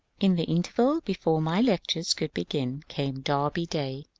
in the interval before my lectures could begin came derby day.